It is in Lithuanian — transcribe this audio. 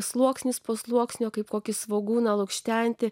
sluoksnis po sluoksnio kaip kokį svogūną lukštenti